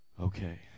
okay